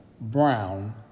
brown